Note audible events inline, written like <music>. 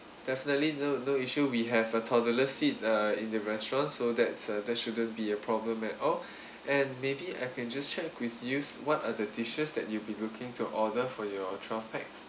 definitely no no issue we have a toddler seat uh in the restaurants so that's uh that shouldn't be a problem at all <breath> and maybe I can just check with you what are the dishes that you'll be looking to order for your twelve pax